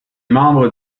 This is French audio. membre